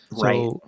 right